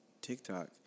TikTok